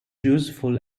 useful